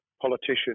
politician